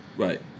right